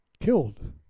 killed